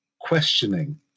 questioning